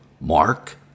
Mark